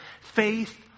faith